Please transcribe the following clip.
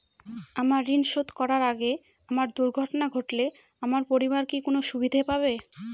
আমার ঋণ শোধ করার আগে আমার দুর্ঘটনা ঘটলে আমার পরিবার কি কোনো সুবিধে পাবে?